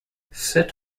sit